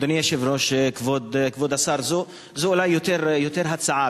אדוני היושב-ראש, כבוד השר, זו אולי יותר הצעה.